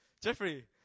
Jeffrey